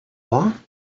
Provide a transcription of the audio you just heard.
along